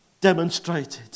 demonstrated